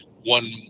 one